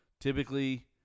typically